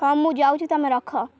ହଁ ମୁଁ ଯାଉଛି ତମେ ରଖ